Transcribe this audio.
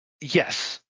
yes